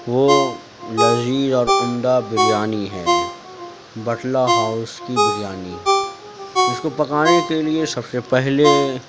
وہ لذیذ اور عمدہ بریانی ہے بٹلہ ہاؤس کی بریانی جس کو پکانے کے لیے سب سے پہلے